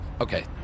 Okay